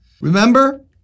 Remember